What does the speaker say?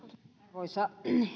arvoisa